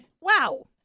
wow